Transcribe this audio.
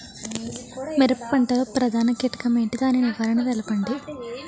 మిరప పంట లో ప్రధాన కీటకం ఏంటి? దాని నివారణ తెలపండి?